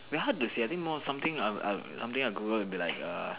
very hard to say I think more something of of something I Google will be like err